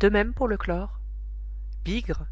de même pour le chlore bigre